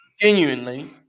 Genuinely